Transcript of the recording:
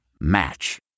Match